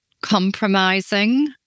compromising